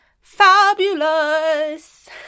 fabulous